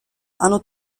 hanno